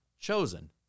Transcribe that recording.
chosen